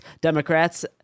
Democrats